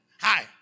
Hi